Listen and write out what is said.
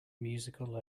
musical